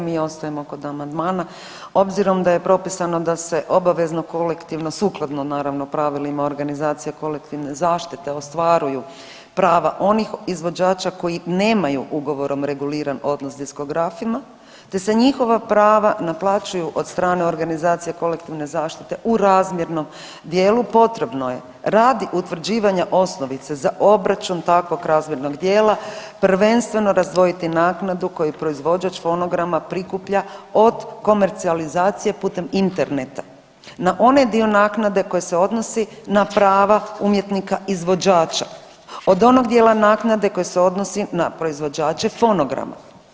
Mi ostajemo kod amandmana obzirom da je propisano da se obavezno kolektivno sukladno naravno pravilima organizacija kolektivne zaštite ostvaruju prava onih izvođača koji nemaju ugovorom reguliran odnos s diskografima te se njihova prava naplaćuju od strane organizacija kolektivne zaštite u razmjernom dijelu potrebno je radi utvrđivanja osnovice za obračun takvog razmjernog dijela prvenstveno razdvojiti naknadu koju proizvođač fonograma prikuplja od komercijalizacije putem interneta na onaj dio naknade koji se odnosi na prava umjetnika izvođača od onog dijela naknade koji se odnosi na proizvođače fonograma.